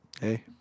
Hey